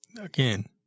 again